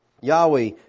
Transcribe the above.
Yahweh